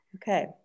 Okay